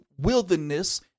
wilderness